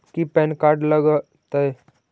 की PAN card लग तै?